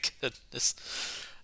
goodness